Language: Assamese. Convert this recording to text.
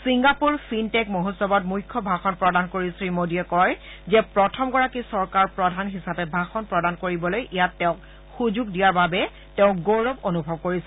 ছিংগাপুৰ ফিনটেক মহোৎসৱত মুখ্য ভাষণ প্ৰদান কৰি শ্ৰীমোদী কয় যে প্ৰথমগৰাকী চৰকাৰপ্ৰধান হিচাপে ভাষণ প্ৰদান কৰিবলৈ ইয়াত তেওঁক দিয়া সুযোগৰ বাবে গৌৰৱ অনুভৱ কৰিছে